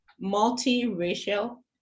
multi-racial